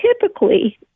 typically